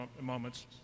moments